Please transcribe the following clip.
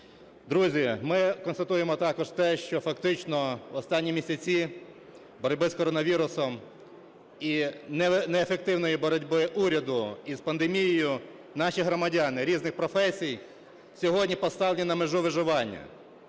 Друзі, ми констатуємо також те, що фактично останні місяці боротьби з коронавірусом і неефективної боротьби уряду із пандемією наші громадяни різних професій сьогодні поставлені на межу виживання.